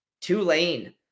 Tulane